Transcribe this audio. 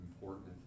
important